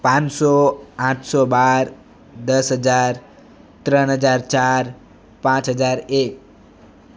પાંચસો આઠસો બાર દસ હજાર ત્રણ હજાર ચાર પાંચ હજાર એક